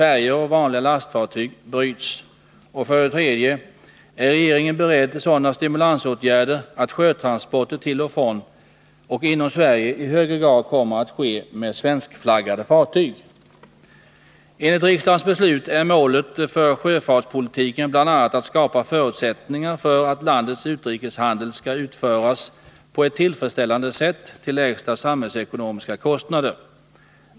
Är regeringen beredd till sådana stimulansåtgärder att sjötransporter till och från och inom Sverige i högre grad kommer att ske med svenskflaggade fartyg? Enligt riksdagens beslut är målet för sjöfartspolitiken bl.a. att skapa förutsättningar för att landets utrikeshandel skall utföras på ett tillfredsställande sätt till lägsta samhällsekonomiska kostnader.